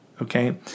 Okay